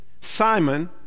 Simon